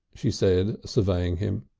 she said, surveying him.